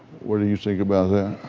what do you think about that?